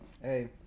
Hey